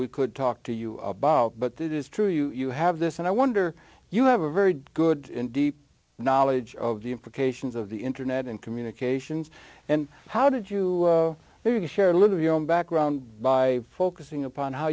we could talk to you about but it is true you have this and i wonder you have a very good in deep knowledge of the implications of the internet and communications and how did you do you share live your own background by focusing upon how